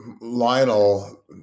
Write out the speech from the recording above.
Lionel